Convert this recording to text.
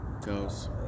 goes